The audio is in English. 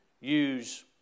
use